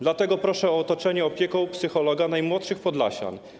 Dlatego proszę o otoczenie opieką psychologa najmłodszych Podlasian.